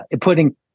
putting